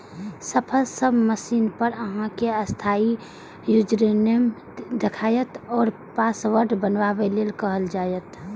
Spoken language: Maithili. सफल सबमिशन पर अहां कें अस्थायी यूजरनेम देखायत आ पासवर्ड बनबै लेल कहल जायत